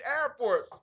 airport